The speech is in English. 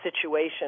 situation